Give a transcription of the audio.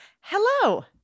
Hello